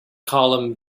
column